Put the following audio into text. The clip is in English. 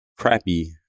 crappy